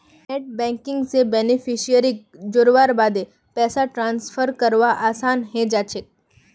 net banking स बेनिफिशियरीक जोड़वार बादे पैसा ट्रांसफर करवा असान है जाछेक